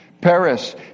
Paris